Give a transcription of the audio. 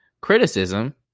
criticism